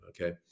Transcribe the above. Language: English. Okay